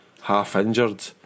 half-injured